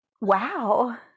wow